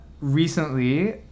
recently